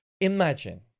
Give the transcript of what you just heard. Imagine